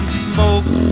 smoke